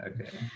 okay